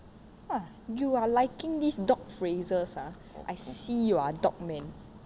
!wah! you are liking these dog phrases ah I see you are a dog man